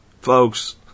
Folks